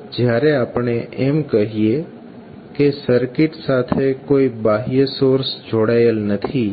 તો જ્યારે આપણે એમ કહીએ કે સર્કિટ સાથે કોઈ બાહ્ય સોર્સ જોડાયેલ નથી